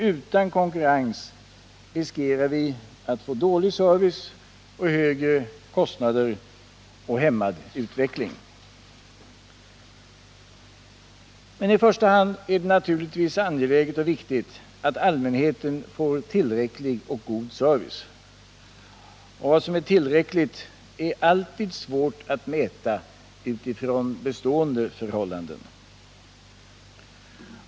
Utan konkurrens riskerar vi att få dålig service, högre kostnader och hämmad utveckling. Men i första hand är det naturligtvis angeläget och viktigt att allmänheten får en tillräcklig och god service. Och vad som är tillräckligt är alltid svårt att mäta utifrån bestående förhållanden.